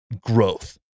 growth